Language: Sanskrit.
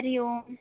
हरिः ओम्